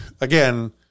Again